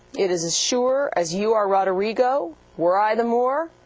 it is as sure as you are roderigo, were i the moor,